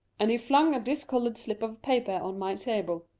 and he flung a discoloured slip of paper on my table.